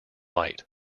light